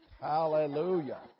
Hallelujah